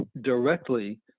directly